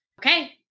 okay